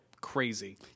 crazy